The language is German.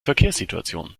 verkehrssituation